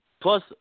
Plus